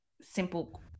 simple